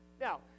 Now